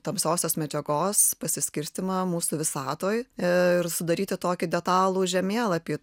tamsiosios medžiagos pasiskirstymą mūsų visatoj ir sudaryti tokį detalų žemėlapį